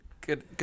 good